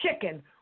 chicken